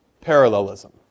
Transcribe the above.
parallelism